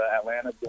Atlanta